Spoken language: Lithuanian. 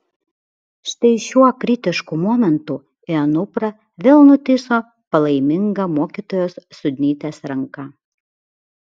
štai šiuo kritišku momentu į anuprą vėl nutįso palaiminga mokytojos sudnytės ranka